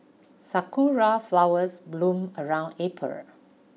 sakura flowers bloom around April